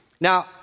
Now